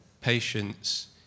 patience